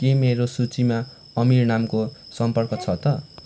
के मेरो सूचीमा अमिर नामको सम्पर्क छ त